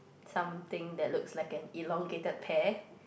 something that looks like an elongated pear